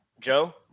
Joe